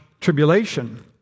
tribulation